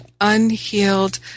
unhealed